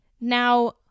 Now